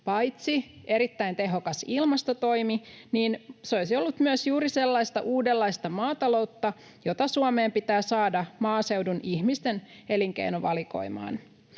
paitsi erittäin tehokas ilmastotoimi myös juuri sellaista uudenlaista maataloutta, jota Suomeen pitää saada maaseudun ihmisten elinkeinovalikoimaan.